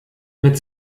mit